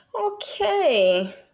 Okay